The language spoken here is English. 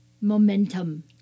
momentum